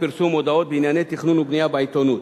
פרסום מודעות בענייני תכנון ובנייה בעיתונות.